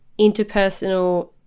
interpersonal